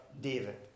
David